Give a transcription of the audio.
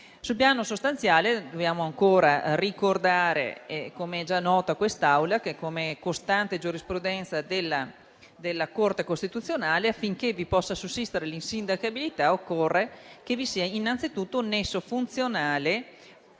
Sul piano sostanziale, dobbiamo ancora ricordare, com'è già noto a quest'Assemblea, che, come costante giurisprudenza della Corte costituzionale, affinché possa sussistere l'insindacabilità, occorre che vi sia innanzitutto un nesso funzionale